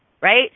Right